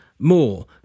more